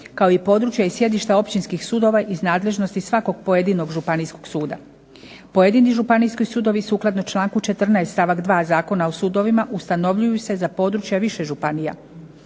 kao i područja i sjedišta općinskih sudova iz nadležnosti svakog pojedinog županijskog suda. Pojedini županijski sudovi sukladno članku 14. stavak 2. Zakona o sudovima ustanovljuju se za područja više županija.